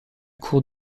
cour